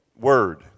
Word